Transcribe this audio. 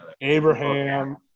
Abraham